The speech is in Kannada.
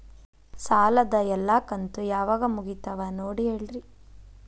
ಸಾಲದ ಎಲ್ಲಾ ಕಂತು ಯಾವಾಗ ಮುಗಿತಾವ ನೋಡಿ ಹೇಳ್ರಿ